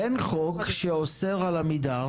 אין חוק שאוסר על עמידר